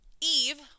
Eve